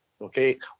Okay